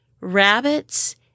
rabbits